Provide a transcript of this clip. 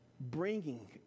bringing